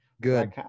Good